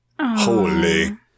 Holy